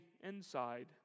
inside